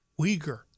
Uyghur